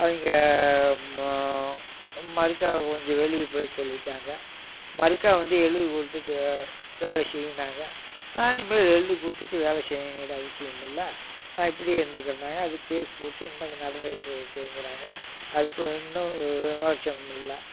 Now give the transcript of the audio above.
அவங்க மறுக்கா கொஞ்சம் வெளியே போகச் சொல்லிட்டாங்க மறுக்கா வந்து எழுதி கொடுத்துட்டு வேலை செய்யுன்னாங்க நானும் போய் எழுதி கொடுத்துட்டு வேலை செய்யிணுங்குற அவசியம் இல்லை நான் இப்படியே இருந்துக்கிறனாங்க அது கேஸ் போட்டு இன்னைக்கும் நடந்துக்கிட்டு இருக்குங்கிறாங்க அதுக்கு ஒன்றும் விமோசனம் இல்லை